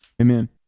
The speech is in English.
Amen